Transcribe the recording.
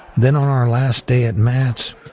then on our last day at mats,